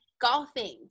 golfing